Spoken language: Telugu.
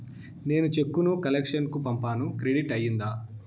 నేను చెక్కు ను కలెక్షన్ కు పంపాను క్రెడిట్ అయ్యిందా